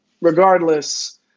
regardless